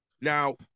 now